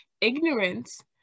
Ignorance